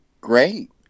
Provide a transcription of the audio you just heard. Great